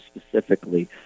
specifically